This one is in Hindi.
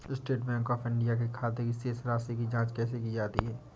स्टेट बैंक ऑफ इंडिया के खाते की शेष राशि की जॉंच कैसे की जा सकती है?